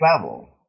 travel